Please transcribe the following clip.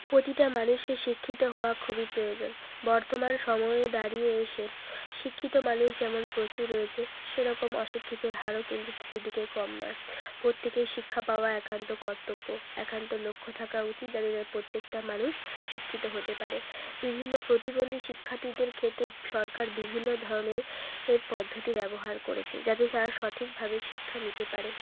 প্রতিটা মানুষের শিক্ষিত হওয়া খুবই প্রয়োজন বর্তমান সময়ে দাঁড়িয়ে এসে শিক্ষিত মানুষ যেমন প্রচুর রয়েছে সেরকম অশিক্ষিতের হারও কিন্তু সেই দিকে কম নয় প্রত্যেকেই শিক্ষা পাওয়া একান্ত কর্তব্য একান্ত লক্ষ্য থাকা উচিত যাতে তা প্রত্যেকটা মানুষ শিক্ষিত হতে পারে বিভিন্ন প্রতিবন্ধী শিক্ষার্থীদের ক্ষেত্রে সরকার বিভিন্ন ধরনের এর পদ্ধতি ব্যবহার করেছে যাতে তারা সঠিকভাবে শিক্ষা নিতে পারে